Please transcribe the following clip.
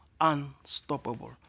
unstoppable